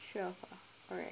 sure all right